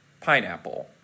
pineapple